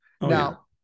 Now